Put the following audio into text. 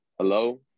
Hello